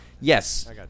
yes